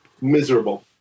miserable